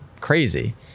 crazy